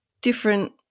different